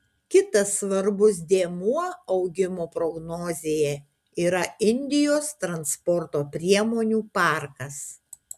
kitas svarbus dėmuo augimo prognozėje yra indijos transporto priemonių parkas